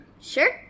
sure